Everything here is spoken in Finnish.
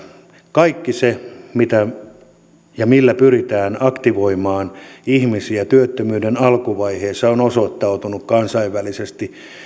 kaikki se millä pyritään aktivoimaan ihmisiä työttömyyden alkuvaiheessa on osoittautunut kansainvälisesti